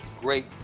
great